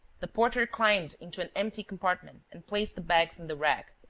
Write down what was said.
the porter climbed into an empty compartment and placed the bags in the rack,